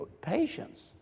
patience